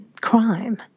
crime